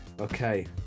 Okay